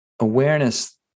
awareness